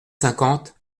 cinquante